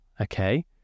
Okay